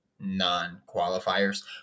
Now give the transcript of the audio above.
non-qualifiers